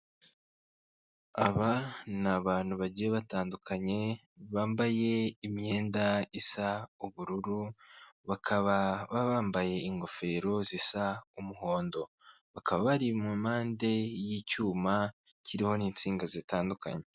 Aba ni abantu bagiye batandukanye bambaye imyenda isa ubururu, bakaba baba bambaye ingofero zisa umuhondo, bakaba bari mu mpande y'icyuma kiriho n'insinga zitandukanye.